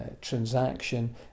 transaction